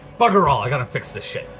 bugger all, i got to fix this shit.